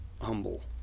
humble